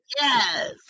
Yes